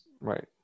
Right